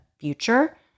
future